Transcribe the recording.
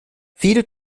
viele